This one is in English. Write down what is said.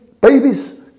babies